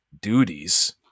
duties